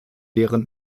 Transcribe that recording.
deren